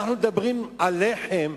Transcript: אנו מדברים על לחם,